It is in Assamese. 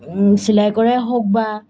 চিলাই কৰাই হওক বা